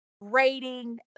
rating